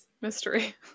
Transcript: Mystery